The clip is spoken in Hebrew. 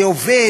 זה עובד,